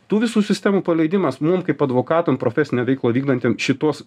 tų visų sistemų paleidimas mum kaip advokatam profesinę veiklą vykdantiem šituos